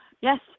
Yes